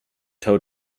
tow